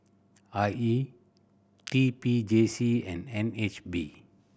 I E T P J C and N H B